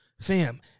Fam